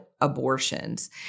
abortions